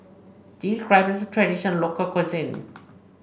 Chilli Crab is a traditional local cuisine